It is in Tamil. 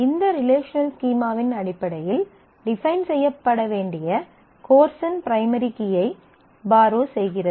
இந்த ரிலேஷனல் ஸ்கீமாவின் அடிப்படையில் டிஃபைன் செய்யப்பட வேண்டிய கோர்ஸ் இன் பிரைமரி கீயை பார்ரோ செய்கிறது